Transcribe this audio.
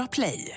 Play